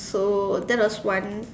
so that was one